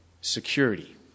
security